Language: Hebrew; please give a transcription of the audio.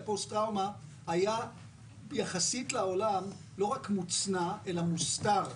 פוסט-טראומה היה יחסית לעולם לא רק מוצנע אלא מוסתר.